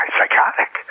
psychotic